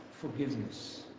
forgiveness